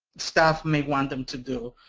staff may want them to do,